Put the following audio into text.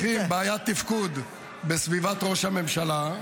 --- לוקחים בעיית תפקוד בסביבת ראש הממשלה,